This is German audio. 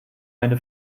eine